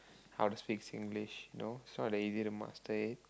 how to speak Singlish you know it's not that easy to master it